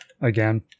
Again